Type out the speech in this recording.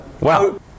wow